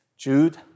Jude